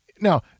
now